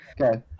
Okay